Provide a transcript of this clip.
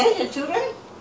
now no more